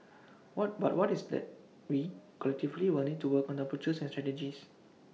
what but what is that we collectively will need to work on the approaches and strategies